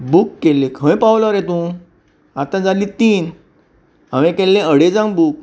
book केल्ली खंय पावलो रे तूं आतां जाली तीन हांवें केल्ली अडेजांक बूक